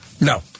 No